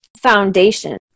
foundation